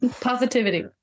Positivity